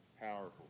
powerful